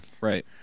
Right